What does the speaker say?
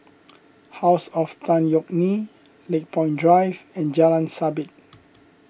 House of Tan Yeok Nee Lakepoint Drive and Jalan Sabit